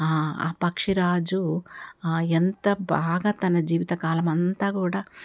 ఆ పక్షిరాజు ఎంత బాగా తన జీవితకాలం అంతా కూడా